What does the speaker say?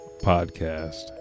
podcast